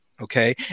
Okay